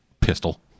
Pistol